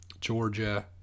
Georgia